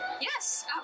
Yes